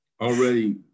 already